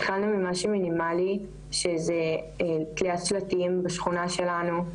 התחלנו ממשהו מינימלי שזה תליית שלטים בשכונה שלנו,